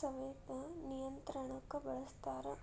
ಸವೆತ ನಿಯಂತ್ರಣಕ್ಕ ಬಳಸ್ತಾರ